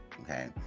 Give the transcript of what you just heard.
okay